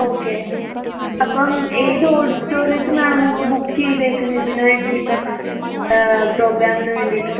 okay അപ്പം ഏത് ഓടിറ്റോറിയത്തിലാണ് നിങ്ങള് ബുക്ക് ചെയ്തേക്കുന്നത് ഇതിന് വേണ്ടിയിട്ട് പ്രോഗ്രാമിന് വേണ്ടിയിട്ട്